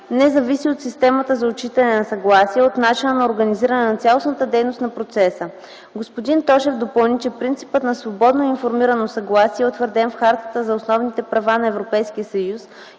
не зависи от системата за отчитане на съгласие, а от начина на организиране на цялостната дейност по процеса. Господин Тошев допълни, че принципът на свободно и информирано съгласие е утвърден в Хартата на основните права на Европейския съюз